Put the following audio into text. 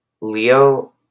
Leo